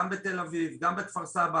גם בתל אביב,